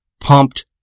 pumped